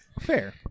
Fair